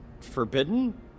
forbidden